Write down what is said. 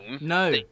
No